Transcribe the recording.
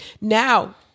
now